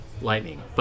lightning